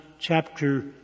chapter